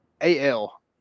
A-L